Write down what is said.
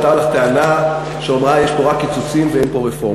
הייתה לך טענה שאמרה שיש פה רק קיצוצים ואין פה רפורמות.